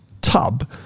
tub